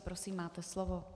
Prosím, máte slovo.